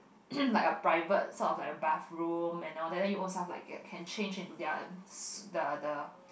like a private sort of like a bathroom and all that then you ownself like get can change into their s~ the the